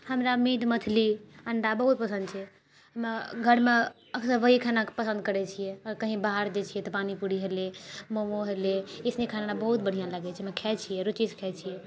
हमरा मीट मछली अण्डा बहुत पसन्द छै हमे घरमे अक्सर वही खाना पसन्द करैत छियै आओर कही बाहर जाइत छियै तऽ पानी पूरी होलय मोमो होलय ईसुनी खाना हमरा बहुत बढ़िआँ लगैत छै हमे खाइत छियै रूचिसँ खाइत छियै